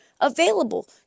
available